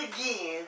again